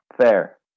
Fair